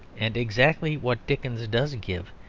and exactly what dickens does give,